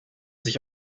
sich